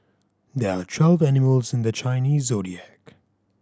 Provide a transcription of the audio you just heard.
there are twelve animals in the Chinese Zodiac